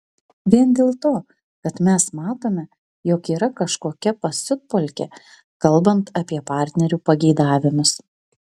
vien dėl to kad mes matome jog yra kažkokia pasiutpolkė kalbant apie partnerių pageidavimus